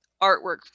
artwork